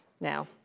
now